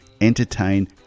entertain